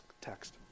text